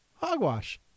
Hogwash